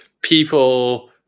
people